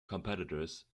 competitors